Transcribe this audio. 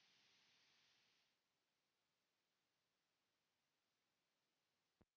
laitos.